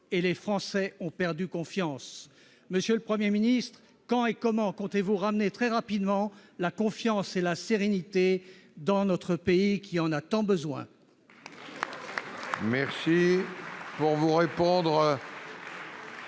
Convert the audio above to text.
et les Français ont perdu confiance. Monsieur le Premier ministre, quand et comment comptez-vous ramener la confiance et la sérénité dans notre pays qui en a tant besoin ?